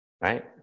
Right